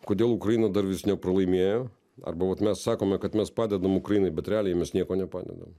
kodėl ukraina dar vis nepralaimėjo arba vat mes sakome kad mes padedam ukrainai bet realiai mes nieko nepadedam